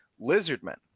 Lizardmen